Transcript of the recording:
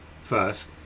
first